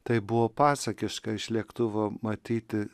tai buvo pasakiška iš lėktuvo matyti